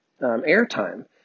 airtime